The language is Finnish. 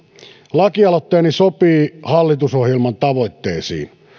lakialoitteeni sopii hallitusohjelman tavoitteisiin